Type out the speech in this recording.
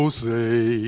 say